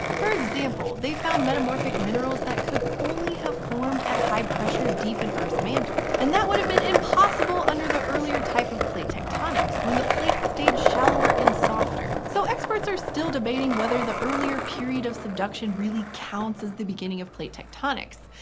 for example, they've found metamorphic minerals that could only have formed at high pressure, deep in earth's mantle. and that would've been impossible under the earlier type of plate tectonics, when the plates stayed shallower and softer. so, experts are still debating whether the earlier period of subduction really counts as the beginning of plate tectonics.